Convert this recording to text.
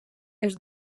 els